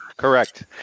Correct